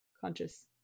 conscious